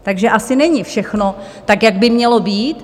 Takže asi není všechno tak, jak by mělo být.